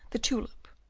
the tulip.